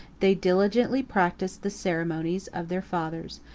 they diligently practised the ceremonies of their fathers,